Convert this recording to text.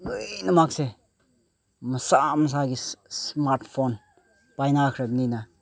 ꯂꯣꯏꯅꯃꯛꯁꯦ ꯃꯁꯥ ꯃꯁꯥꯒꯤ smart phone ꯄꯥꯏꯅꯈ꯭ꯔꯕꯅꯤꯅ